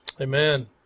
Amen